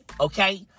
okay